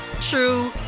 true